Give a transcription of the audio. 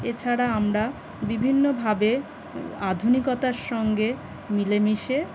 এছাড়া আমরা বিভিন্নভাবে আধুনিকতার সঙ্গে মিলেমিশে